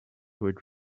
would